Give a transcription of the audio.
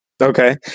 Okay